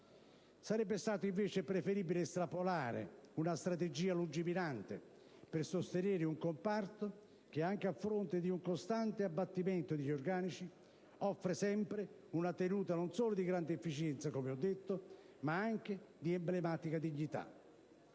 Sarebbe stato invece preferibile estrapolare una strategia lungimirante, per sostenere un comparto che, anche a fronte di un costante abbattimento degli organici, offre sempre una tenuta non solo di grande efficienza, come ho detto, ma anche di emblematica dignità.